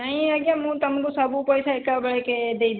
ନାଇଁ ଆଜ୍ଞା ମୁଁ ତମକୁ ସବୁ ପଇସା ଏକା ବେଳକେ ଦେଇଦେବି